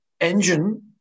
engine